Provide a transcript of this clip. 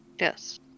Yes